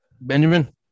Benjamin